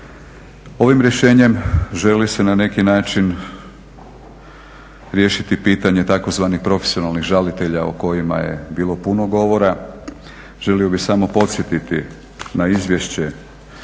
Ovim rješenjem želi se na neki način riješiti pitanje tzv. profesionalnih žalitelja o kojima je bilo puno govora. Želio bih samo podsjetiti na Izvješće